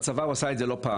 בצבא הוא עשה את זה לא פעם,